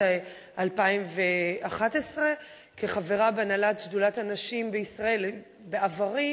2011. כחברה בהנהלת שדולת הנשים בישראל בעברי,